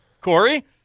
Corey